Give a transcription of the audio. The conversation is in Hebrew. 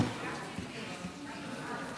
חברת הכנסת אפרת רייטן מרום,